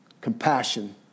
compassion